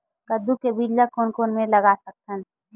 कददू के बीज ला कोन कोन मेर लगय सकथन?